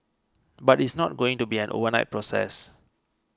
but it's not going to be an overnight process